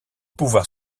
pouvoir